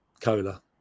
Cola